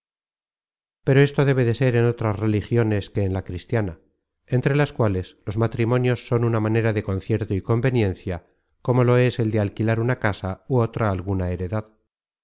pero esto debe de ser en otras religiones que en la cristiana entre las cuales los matrimonios son una manera de concierto y conveniencia como lo es el de alquilar una casa ú otra alguna heredad